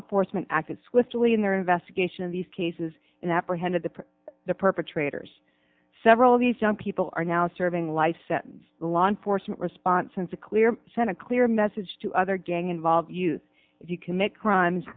enforcement acted swiftly in their investigation of these cases and apprehended the the perpetrators several of these young people are now serving life sentence the law enforcement response since a clear sent a clear message to other gang involved youths if you commit crimes